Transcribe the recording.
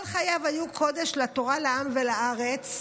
כל חייו היו קודש לתורה, לעם ולארץ.